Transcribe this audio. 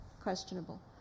questionable